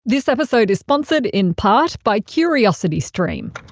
this episode is sponsored in part by curiosity stream.